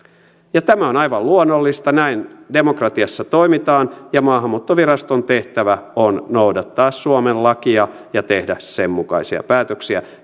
tämä on aivan luonnollista näin demokratiassa toimitaan ja maahanmuuttoviraston tehtävä on noudattaa suomen lakia ja tehdä sen mukaisia päätöksiä